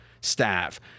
staff